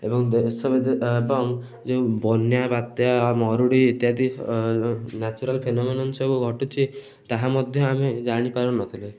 ଏବଂ ଦେଶ ଏବଂ ଯେଉଁ ବନ୍ୟା ବାତ୍ୟା ମରୁଡ଼ି ଇତ୍ୟାଦି ନ୍ୟାଚୁରାଲ୍ ଫେନୋମେନନ୍ ସବୁ ଘଟୁଛି ତାହା ମଧ୍ୟ ଆମେ ଜାଣିପାରୁନଥିଲେ